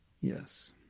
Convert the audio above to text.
Yes